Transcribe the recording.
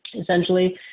essentially